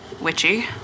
witchy